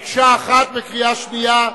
מקשה אחת, בקריאה שנייה.